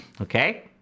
Okay